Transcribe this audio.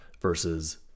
versus